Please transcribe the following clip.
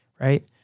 right